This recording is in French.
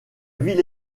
ville